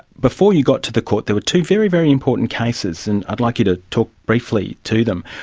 before you got to the court there were two very, very important cases and i'd like you to talk briefly to them.